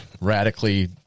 Radically